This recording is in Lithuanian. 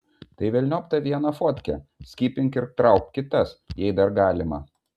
tai velniop tą vieną fotkę skipink ir trauk kitas jei dar galima